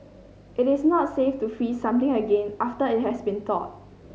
it is not safe to freeze something again after it has been thawed